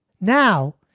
Now